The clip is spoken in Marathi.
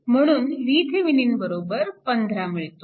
म्हणून VThevenin 15V मिळतो